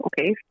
okay